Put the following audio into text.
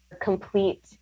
complete